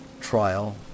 trial